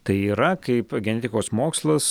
tai yra kaip genetikos mokslas